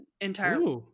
entirely